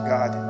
God